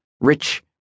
rich